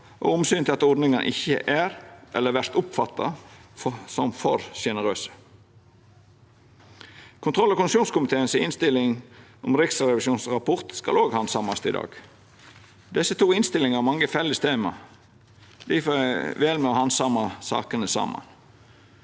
og omsynet til at ordninga ikkje er, eller vert oppfatta som, for sjenerøs. Kontroll- og konstitusjonskomiteen si innstilling om Riksrevisjonens rapport skal òg handsamast i dag. Desse to innstillingane har mange felles tema. Difor vel me å handsama sakene saman.